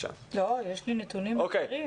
לא, יש לי נתונים אחרים.